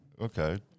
okay